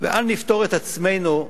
ואל נפטור את עצמנו,